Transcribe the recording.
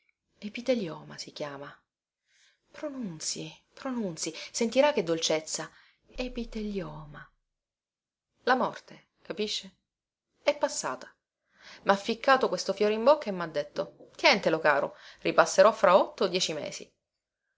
epitelioma si chiama pronunzii pronunzii sentirà che dolcezza epiteli oma la morte capisce è passata mha ficcato questo fiore in bocca e mha detto tientelo caro ripasserò fra otto o dieci mesi